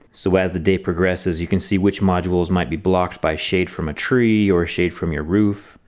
so as the day progresses you can see which modules might be blocked by shade from a tree or shade from your roof,